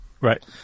Right